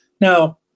Now